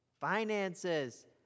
Finances